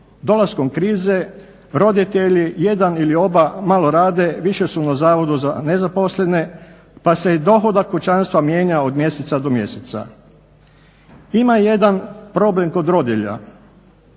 dolaskom krize roditelji jedan ili oba malo rade, više su na Zavodu za nezaposlene, pa se i dohodak kućanstva mijenja od mjeseca do mjeseca. Ima jedan problem kod rodilja